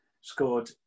Scored